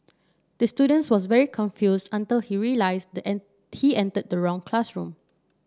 the student was very confused until he realised he entered the wrong classroom